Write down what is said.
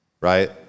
right